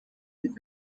week